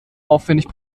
aufwendig